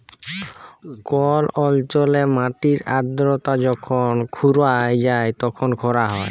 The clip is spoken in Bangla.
কল অল্চলে মাটির আদ্রতা যখল ফুরাঁয় যায় তখল খরা হ্যয়